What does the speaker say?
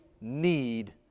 need